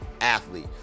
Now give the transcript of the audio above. athlete